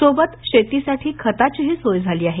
सोबत शेतीसाठी खताचीही सोय झाली आहे